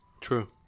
True